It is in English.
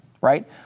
Right